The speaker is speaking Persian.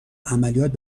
عملیات